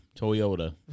Toyota